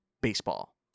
BASEBALL